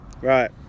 right